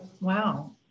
Wow